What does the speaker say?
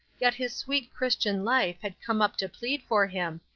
yet his sweet christian life had come up to plead for him,